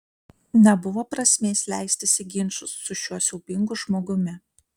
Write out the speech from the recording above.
nebuvo prasmės leistis į ginčus su šiuo siaubingu žmogumi